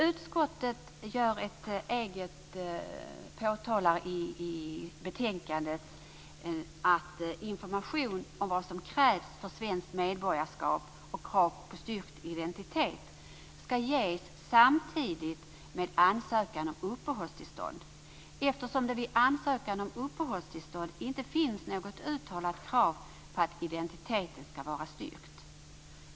Utskottet påtalar i betänkandet att information om vad som krävs för svenskt medborgarskap och kravet på styrkt identitet skall ges samtidigt med ansökan om uppehållstillstånd, eftersom det vid denna inte finns något uttalat krav på att identiteten skall vara styrkt.